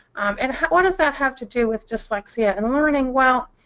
and what does that have to do with dyslexia and learning? well,